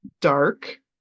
dark